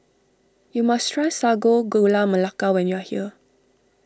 you must try Sago Gula Melaka when you are here